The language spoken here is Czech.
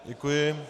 Děkuji.